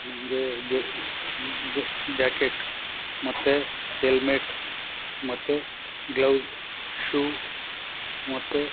ನಮಗೆ ಜಾಕೆಟ್ ಮತ್ತೆ ಎಲ್ಮೇಟ್ ಮತ್ತೆ ಗ್ಲೌಸ್ ಶೂ ಮತ್ತೆ